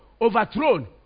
overthrown